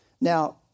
Now